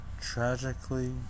Tragically